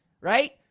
right